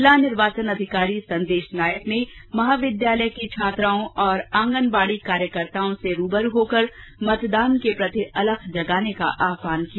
जिला निर्वाचन अधिकारी संदेश नायक ने महाविद्यालय की छात्राओं और आंगनवाड़ी कार्यकर्ताओं से रूबरू होकर मतदान के प्रति अलख जगाने का आहवान किया